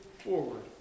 forward